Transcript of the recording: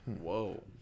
Whoa